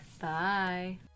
bye